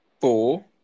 four